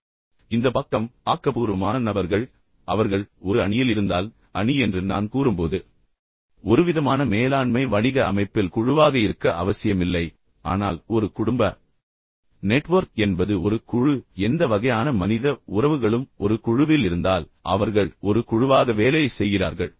சரி இப்போது இந்த பக்கம் ஆக்கபூர்வமான நபர்கள் அவர்கள் ஒரு அணியில் இருந்தால் அணி என்று நான் கூறும்போது ஒருவிதமான மேலாண்மை வணிக அமைப்பில் குழுவாக இருக்க அவசியமில்லை ஆனால் ஒரு குடும்ப நெட்வொர்க் என்பது ஒரு குழு எந்த வகையான மனித உறவுகளும் ஒரு குழுவில் இருந்தால் அவர்கள் ஒரு குழுவாக வேலை செய்கிறார்கள்